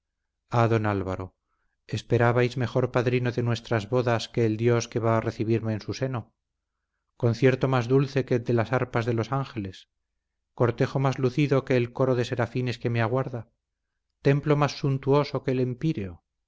ah don álvaro esperabais mejor padrino de nuestras bodas que el dios que va a recibirme en su seno concierto más dulce que el de las arpas de los ángeles cortejo más lucido que el coro de serafines que me aguarda templo más suntuoso que el